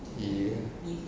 ya